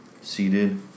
seated